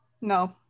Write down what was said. No